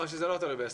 שזה לא תלוי בהסכם?